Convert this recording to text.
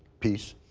peace.